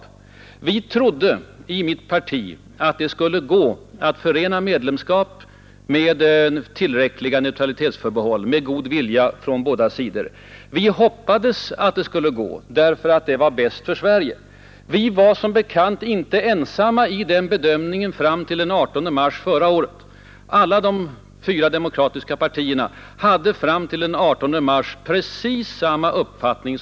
I mitt parti trodde vi att det med god vilja från båda sidor skulle gå att förena medlemskap med tillräckliga neutralitetsförbehåll. Vi hoppades att det skulle gå, bl.a. därför att vi ansåg detta vara bäst för Sverige. Och som bekant var vi inte ensamma om den bedömningen fram till den 18 mars förra året; alla de fyra demokratiska partierna hade fram till den dagen precis samma uppfattning.